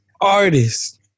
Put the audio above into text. artist